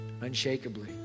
unshakably